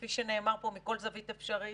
כפי שנאמר פה מכל זווית אפשרית,